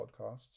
podcasts